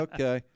Okay